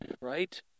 right